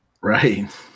right